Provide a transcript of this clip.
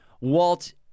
Walt